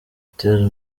butera